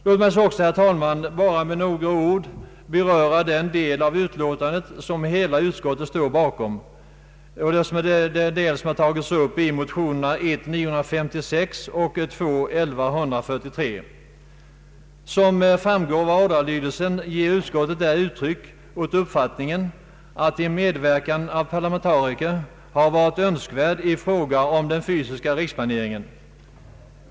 Låt mig sedan, herr talman, endast med några ord beröra den del av utskottsutlåtandet som hela utskottet står bakom och som har tagits upp i motionerna I: 956 och II: 1143. Utskottet ger där uttryck åt uppfattningen att en medverkan av parlamentariker har varit önskvärd i fråga om den fysiska riksplaneringen.